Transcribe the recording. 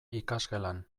ikasgelan